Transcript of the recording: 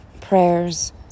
prayers